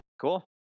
cool